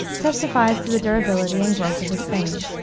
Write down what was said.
testifies to the durability and growth of his fame.